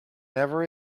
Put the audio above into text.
never